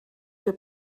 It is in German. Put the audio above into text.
für